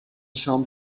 شام